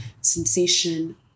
sensation